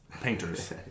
painters